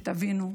שתבינו,